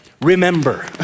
remember